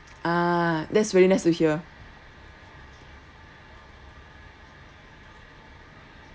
ah that's really nice to hear